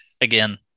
again